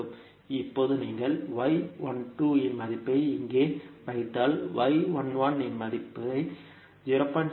இப்போது நீங்கள் y 12 இன் மதிப்பை இங்கே வைத்தால் y 11 இன் மதிப்பை 0